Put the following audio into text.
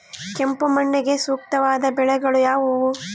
ಕೆಂಪು ಮಣ್ಣಿಗೆ ಸೂಕ್ತವಾದ ಬೆಳೆಗಳು ಯಾವುವು?